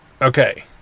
Okay